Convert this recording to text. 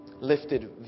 lifted